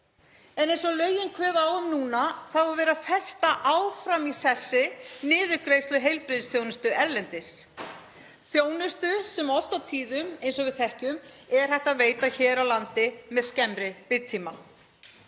Eins og lögin kveða á um núna er verið að festa áfram í sessi niðurgreiðslu heilbrigðisþjónustu erlendis, þjónustu sem oft og tíðum, eins og við þekkjum, er hægt að veita hér á landi með skemmri biðtíma.